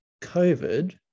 COVID